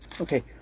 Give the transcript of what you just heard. Okay